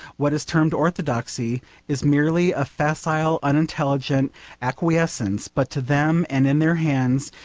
what is termed orthodoxy is merely a facile unintelligent acquiescence but to them, and in their hands,